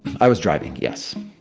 i was driving. yes.